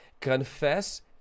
Confess